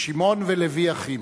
"שמעון ולוי אחים".